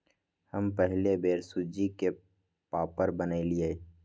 हम पहिल बेर सूज्ज़ी के पापड़ बनलियइ